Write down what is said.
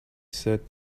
said